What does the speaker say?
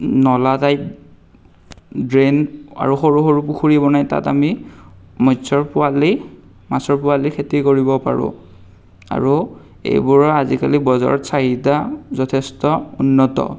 নলা type drain সৰু সৰু পুখুৰী বনাই তাত আমি মস্যৰ পোৱালিৰ মাছৰ পোৱালিৰ খেতি কৰিব পাৰোঁ আৰু এইবোৰৰ আজিকালি বজাৰত চাহিদা যথেষ্ট উন্নত